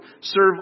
serve